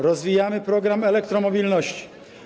Rozwijamy program elektromobilności.